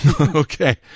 Okay